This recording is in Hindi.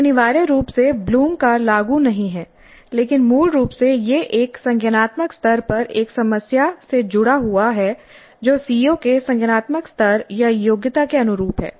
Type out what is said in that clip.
यह अनिवार्य रूप से ब्लूम का लागू नहीं है लेकिन मूल रूप से यह एक संज्ञानात्मक स्तर पर एक समस्या से जुड़ा हुआ है जो सीओ के संज्ञानात्मक स्तर या योग्यता के अनुरूप है